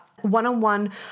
one-on-one